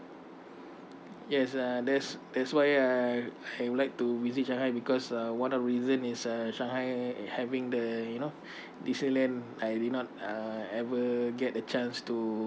yes uh that's that's why I I would like to visit shanghai because uh one of reason is uh shanghai having the you know disneyland I did not uh ever get a chance to